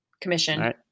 Commission